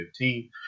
2015